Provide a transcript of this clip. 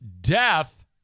death